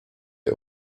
der